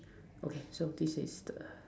okay so this is the